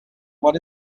what